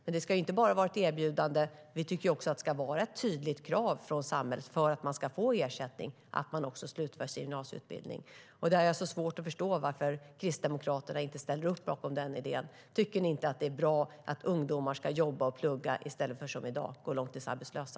Men det ska inte bara vara ett erbjudande. För att man ska få ersättning tycker vi också att det ska vara ett tydligt krav från samhället att man slutför sin gymnasieutbildning. Jag har svårt att förstå varför Kristdemokraterna inte ställer upp bakom den idén. Tycker ni inte att det är bra att ungdomar ska jobba och plugga i stället för att som i dag gå långtidsarbetslösa?